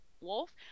wolf